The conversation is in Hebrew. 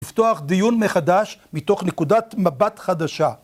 לפתוח דיון מחדש מתוך נקודת מבט חדשה.